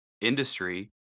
industry